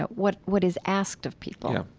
but what what is asked of people, yeah,